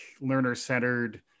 learner-centered